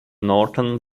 northern